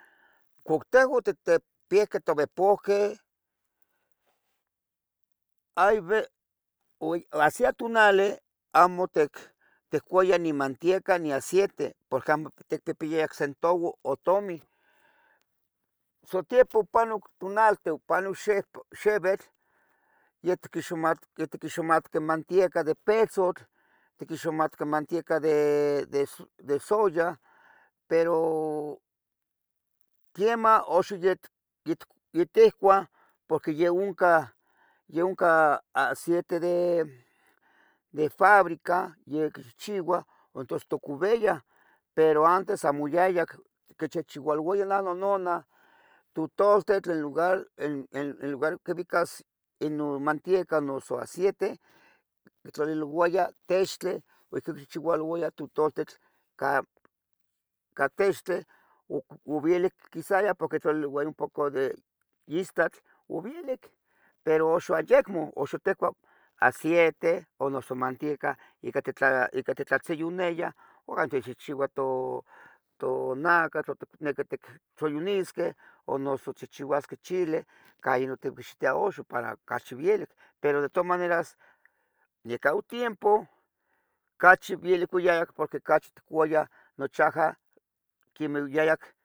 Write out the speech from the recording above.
Coc tehuan titepeuqueh totepocqueh hay ve ohsia tonalih amo ticcuayah ni manteca noso ni asiete porque amo oticpiyayah centago o tomin. Satepan opanoc tonalten opanoc xevetl yotiquixmatqueh manteca de pietzotl, yotiquixmatqueh manteca de soya, pero quemah axun ya ticuah porque ya oncah, ya oncah aciete de fabrica yeh quichihchivah, uan tos tocoviah pero antes amo oyaya quichichiuiluayah nah nononah totultitl en lugar quivicas inon mantieca noso aciete oquitlaliluayah textle oquichichiuiluayah totultitl ca ca textle ovielic quisaya porqui oquitlalilayah un poco de yestatl o vielic, pero uxan yacmo. Uxan ticuah aciete noso matieca ica titlatzoyoniah uan ticchihchiua tonacatl o ticniquih tictzoyonisqueh o noso itchihchiuasqueh chile ca ica tiquiuxitiah axun para ocachi vielic, pero de todas maneras necau tiempo cachi vielic oayayac porque ocachi otcuayah nochaja quemeh oyayac